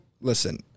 Listen